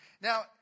Now